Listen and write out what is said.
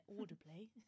audibly